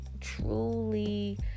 truly